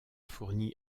fourni